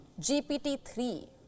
GPT-3